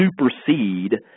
supersede